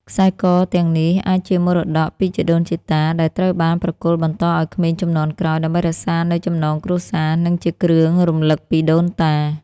ខ្សែកទាំងនេះអាចជាមរតកតពីជីដូនជីតា ដែលត្រូវបានប្រគល់បន្តឱ្យក្មេងជំនាន់ក្រោយ ដើម្បីរក្សានូវចំណងគ្រួសារ និងជាគ្រឿងរំលឹកពីដូនតា។